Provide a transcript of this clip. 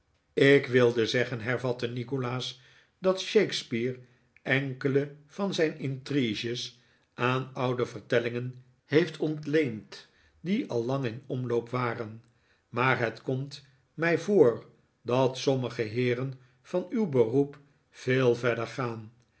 ik wilde zeggen hervatte nikolaas dat shakespeare enkele van zijn intriges aan oude vertellingen heeft ontleend die al lang in omloop waren maar het komt mij voor dat sommige heeren van uw beroep veel verder gaan